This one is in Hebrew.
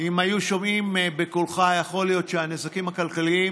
אם היו שומעים בקולך, יכול להיות שהנזקים הכלכליים